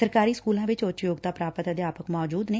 ਸਰਕਾਰੀ ਸਕਲਾ ਵਿੱਚ ਉੱਚ ਯੋਗਤਾ ਪ੍ਰਾਪਤ ਅਧਿਆਪਕ ਮੌਜਦ ਨੇ